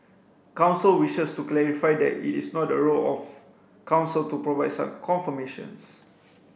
council wishes to clarify that it is not the role of council to provide such confirmations